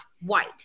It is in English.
white